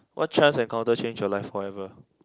what chance encounter changed your life forever